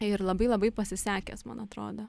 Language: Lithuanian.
ir labai labai pasisekęs man atrodo